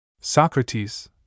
Socrates